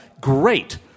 Great